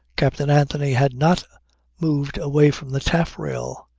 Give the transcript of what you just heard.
captain anthony had not moved away from the taffrail.